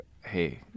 hey